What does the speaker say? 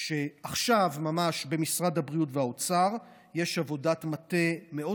שממש עכשיו במשרד הבריאות ובמשרד האוצר יש עבודת מטה מאוד